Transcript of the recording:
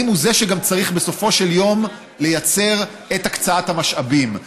האם הוא זה שגם צריך בסופו של יום לייצר את הקצאת המשאבים.